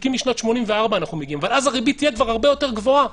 לתיקים משנת 84 אנחנו מגיעים אבל אז הריבית תהיה כבר הרבה יותר גבוהה.